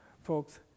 Folks